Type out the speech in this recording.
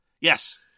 Yes